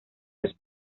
los